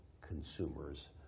consumers